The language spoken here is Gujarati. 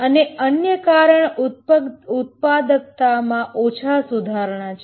અને અન્ય કારણ ઉત્પાદકતામાં ઓછા સુધારણા છે